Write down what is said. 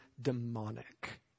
demonic